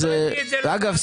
ואגב,